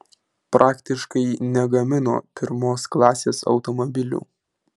praktiškai negamino pirmos klasės automobilių